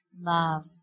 love